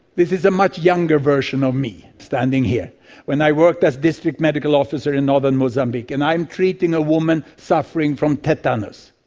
this is a much younger version of me standing here when i worked as a district medical officer in northern mozambique, and i'm treating a woman suffering from tetanus,